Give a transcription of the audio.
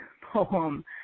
poem